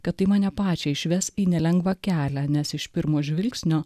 kad tai mane pačią išves į nelengvą kelią nes iš pirmo žvilgsnio